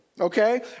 okay